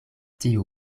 tiu